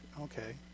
Okay